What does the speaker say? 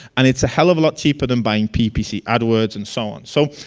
and it's a hell of a lot cheaper than buying ppc adwords and so on so.